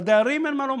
לדיירים אין מה לומר.